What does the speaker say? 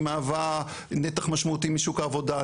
היא מהווה נתח משמעותי משוק העבודה,